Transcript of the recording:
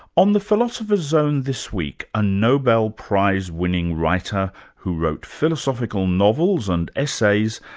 on the philosopher's zone this week, a nobel prize winning writer who wrote philosophical novels and essays,